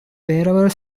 wherever